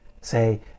Say